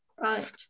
Right